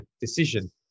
decision